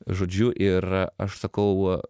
žodžiu ir aš sakau